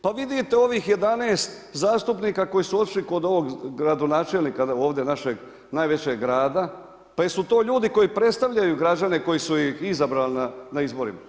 Pa vidite ovih 11 zastupnika koji su otišli kod ovog gradonačelnika ovdje našeg najveće grada, pa jesu li to ljudi koji predstavljaju građane koji su ih izabrali na izborima?